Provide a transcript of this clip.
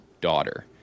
daughter